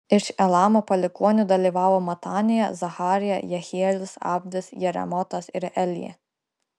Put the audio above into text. iš elamo palikuonių dalyvavo matanija zacharija jehielis abdis jeremotas ir elija